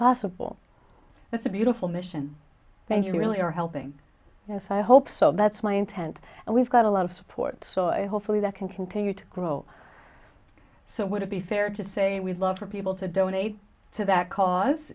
possible that's a beautiful mission thank you really are helping you know if i hope so that's my intent and we've got a lot of support so i hopefully that can continue to grow so would it be fair to say we'd love for people to donate to that cause